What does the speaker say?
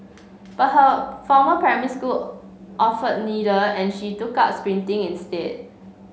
but her former primary school offered neither and she took up sprinting instead